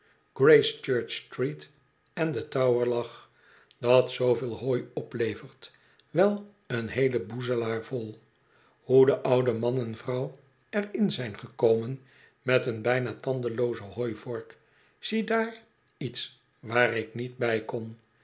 g racechurch street en den tower lag dat zooveel hooi oplevert wel een heelen boezelaar vol hoe de oude man en vrouw er in zyn gekomen met een bijna tandelooze hooivork ziedaar iets waar ik niet bij kon